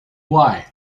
why